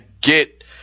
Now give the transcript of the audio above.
get